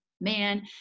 man